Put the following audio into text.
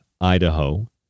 Idaho